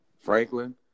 Franklin